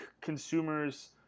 consumers